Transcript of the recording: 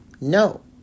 No